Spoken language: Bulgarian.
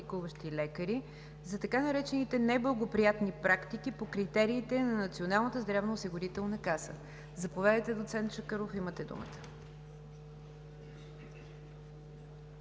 лекари за така наречените неблагоприятни практики по критериите на Националната здравноосигурителна каса. Заповядайте, доцент Чакъров – имате думата.